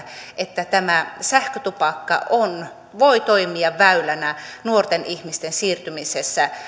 että tämä sähkötupakka voi toimia väylänä nuorten ihmisten siirtymisessä